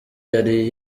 yari